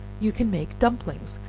you can make dumplings,